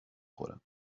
خورم